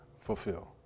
fulfill